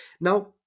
Now